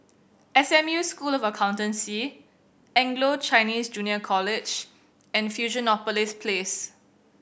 S M U School of Accountancy Anglo Chinese Junior College and Fusionopolis Place